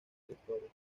sectores